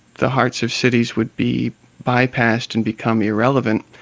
the hearts of cities would be bypassed and become irrelevant,